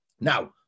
Now